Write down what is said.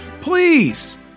please